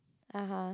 (uh huh)